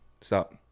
stop